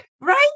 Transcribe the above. Right